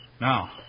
Now